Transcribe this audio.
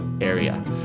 area